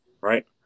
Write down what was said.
right